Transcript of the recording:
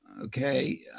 okay